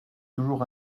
toujours